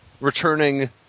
returning